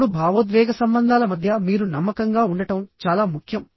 ఇప్పుడు భావోద్వేగ సంబంధాల మధ్య మీరు నమ్మకంగా ఉండటం చాలా ముఖ్యం